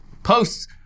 posts